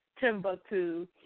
Timbuktu